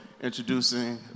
introducing